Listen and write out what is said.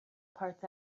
parts